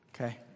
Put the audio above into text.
Okay